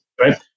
right